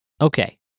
Okay